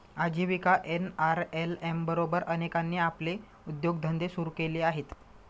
आजीविका एन.आर.एल.एम बरोबर अनेकांनी आपले उद्योगधंदे सुरू केले आहेत